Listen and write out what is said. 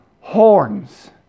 horns